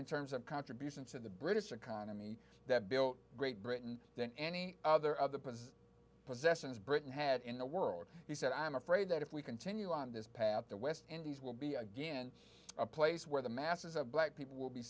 in terms of contributions to the british economy that built great britain than any other of the possessed possessions britain had in the world he said i'm afraid that if we continue on this path the west indies will be again a place where the masses of black people will be